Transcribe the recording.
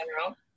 general